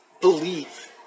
believe